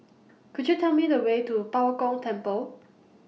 Could YOU Tell Me The Way to Bao Gong Temple